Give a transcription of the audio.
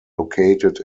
located